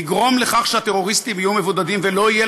לגרום לכך שהטרוריסטים יהיו מבודדים ולא יהיה